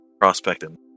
prospecting